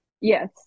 Yes